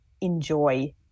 enjoy